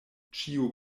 ĉiu